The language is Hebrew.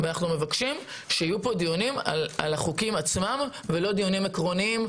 ואנחנו מבקשים שיהיו פה דיונים על החוקים עצמם ולא דיונים עקרוניים,